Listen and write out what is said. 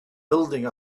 building